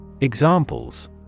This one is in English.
Examples